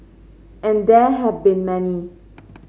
and there have been many